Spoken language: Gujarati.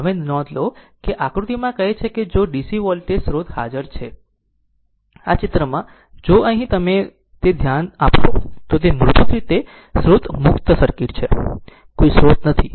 હવે નોંધ લો કે આકૃતિમાં કહે છે કે જો DC વોલ્ટેજ સ્રોત હાજર છે આ ચિત્રમાં જો અહીં જો તમે તે તરફ ધ્યાન આપશો તો તે મૂળભૂત રીતે સ્રોત મુક્ત સર્કિટ છે કોઈ સ્રોત નથી